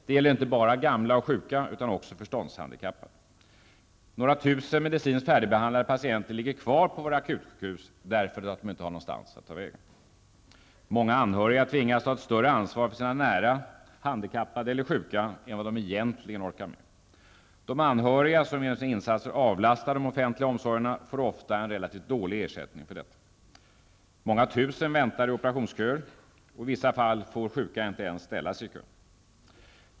Det gäller inte bara gamla och sjuka utan också förståndshandikappade. Några tusen medicinskt färdigbehandlade patienter ligger kvar på våra akutsjukhus, därför att de inte har någonstans att ta vägen. Många anhöriga tvingas att ta ett större ansvar för sina nära, handikappade eller sjuka än vad de egentligen orkar med. De anhöriga som genom sina insatser avlastar de offentliga omsorgerna får ofta en relativt dålig ersättning för detta. Många tusen väntar i operationsköer. I vissa fall får sjuka inte ens ställa sig i kö.